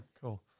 Cool